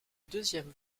deuxième